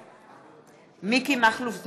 בעד מיקי מכלוף זוהר,